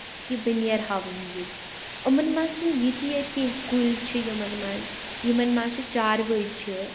کہِ بہٕ نیرٕ ہاوٕنۍ ییٚتہِ یِمَن منٛز چھِنہٕ یِتی یٲتۍ کیٚنٛہہ کُلۍ چھِ یِمَن منٛز یِمَن منٛز چھِ چاروٲے چھِ